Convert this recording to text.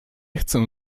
chcę